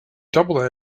double